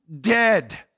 dead